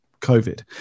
COVID